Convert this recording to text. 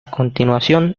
continuación